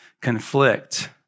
conflict